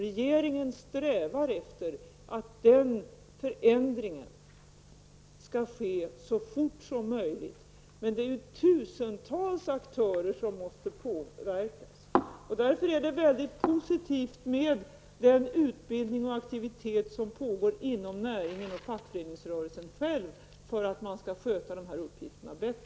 Regeringen strävar efter att den förändringen skall ske så fort som möjligt. Men det är tusentals aktörer som måste påverkas. Det är därför mycket positivt med den utbildning och aktivitet som pågår inom själva näringen och fackföreningsrörelsen för att man skall kunna sköta dessa uppgifter bättre.